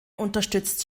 unterstützt